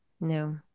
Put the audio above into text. No